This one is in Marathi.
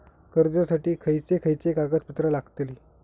कर्जासाठी खयचे खयचे कागदपत्रा लागतली?